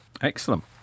Excellent